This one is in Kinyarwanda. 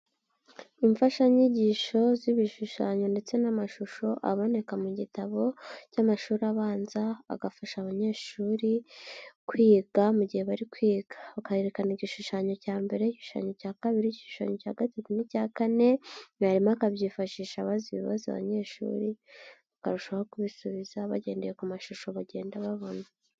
Imfashanyigisho z'ibishushanyo ndetse n'amashusho aboneka mu gitabo cy'amashuri abanza, agafasha abanyeshuri kwiga mu gihe bari kwiga. Hakerekanwa igishushanyo cya mbere, igishushanyo cya kabiri, igihushanyo cya gatatu n'icya kane, mwarimu akabyifashisha abaza ibibazo abanyeshuri bakarushaho kubisubiza bagendeye ku mashusho bagenda babona.